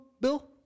Bill